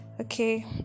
Okay